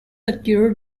occur